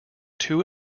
two